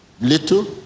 little